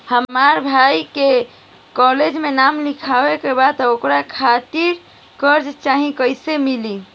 हमरा भाई के कॉलेज मे नाम लिखावे के बा त ओकरा खातिर कर्जा चाही कैसे मिली?